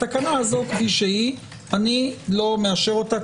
התקנה הזאת כפי שהיא אני לא מאשר אותה.